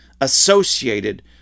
associated